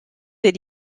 des